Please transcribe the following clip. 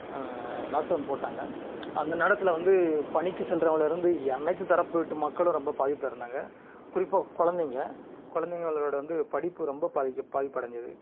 lockdown போட்டாங்கள் அந்த நேரத்தில் வந்து பணிக்கு செல்கிறவங்கள்லேருந்து அனைத்து தரப்பிட்டு மக்களும் ரொம்ப பாதிப்பில் இருந்தாங்கள் குறிப்பாக குலந்தைங்க குலந்தைங்களோட வந்து படிப்பு ரொம்ப பாதிக்க பாதிப்பு அடைஞ்சுது